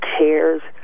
cares